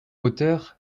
hauteur